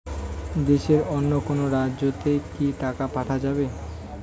দেশের অন্য কোনো রাজ্য তে কি টাকা পাঠা যাবে?